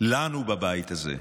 לנו בבית הזה.